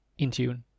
Intune